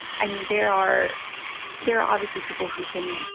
i mean, there are there are obviously people who can,